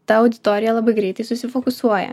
ta auditorija labai greitai susifokusuoja